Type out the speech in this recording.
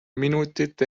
minutit